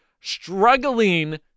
struggling